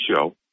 show